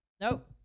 Nope